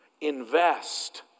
invest